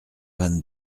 vingt